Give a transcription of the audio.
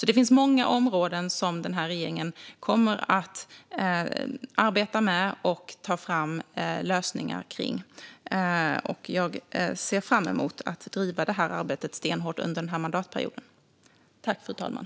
Det finns alltså många områden som regeringen kommer att arbeta med och ta fram lösningar kring, och jag ser fram emot att driva detta arbete stenhårt under mandatperioden.